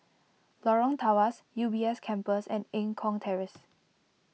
Lorong Tawas U B S Campus and Eng Kong Terrace